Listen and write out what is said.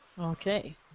Okay